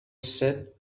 said